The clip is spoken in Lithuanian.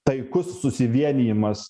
taikus susivienijimas